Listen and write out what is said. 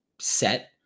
set